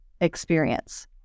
experience